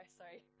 sorry